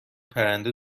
پرنده